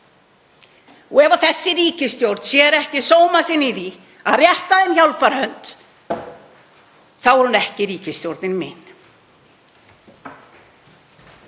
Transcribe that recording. dag. Ef þessi ríkisstjórn sér ekki sóma sinn í því að rétta þeim hjálparhönd þá er hún ekki ríkisstjórnin mín.